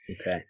Okay